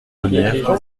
ollières